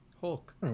Hulk